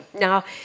Now